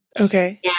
Okay